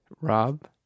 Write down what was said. Rob